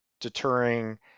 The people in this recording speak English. deterring